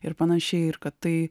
ir panašiai ir kad tai